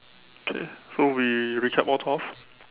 okay so we recap all twelve